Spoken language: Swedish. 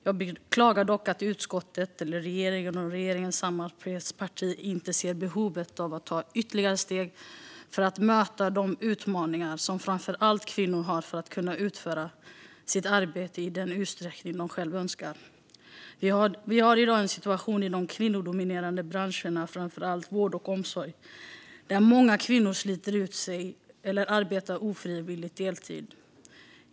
Jag beklagar dock att utskottet, regeringen och regeringens samarbetsparti inte ser behovet av att ta ytterligare steg för att möta de utmaningar som framför allt kvinnor har för att kunna utföra sitt arbete i den utsträckning de själva önskar. Vi har i dag en situation i de kvinnodominerade branscherna, framför allt vård och omsorg, där många kvinnor sliter ut sig eller arbetar ofrivillig deltid.